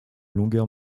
longueur